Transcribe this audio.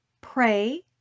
pray